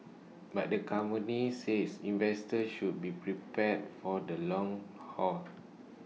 but the company said investors should be prepared for the long haul